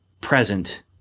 present